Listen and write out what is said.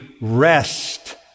rest